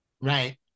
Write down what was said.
Right